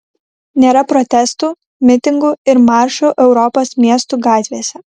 nėra protestų mitingų ir maršų europos miestų gatvėse